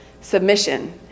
submission